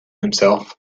himself